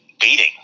beating